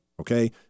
okay